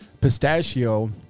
Pistachio